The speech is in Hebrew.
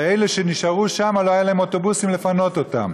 אלה שנשארו שם, לא היו להם אוטובוסים לפנות אותם.